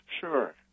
Sure